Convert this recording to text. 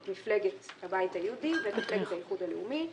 את מפלגת הבית היהודי ואת מפלגת האיחוד הלאומי,